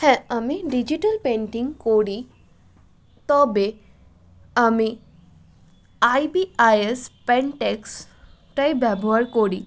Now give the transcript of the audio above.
হ্যাঁ আমি digital painting করি তবে আমি আইবিআইএস পেন্ট এক্সটাই ব্যবহার করি